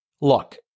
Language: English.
look